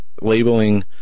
labeling